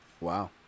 Wow